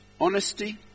honesty